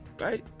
right